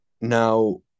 now